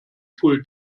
full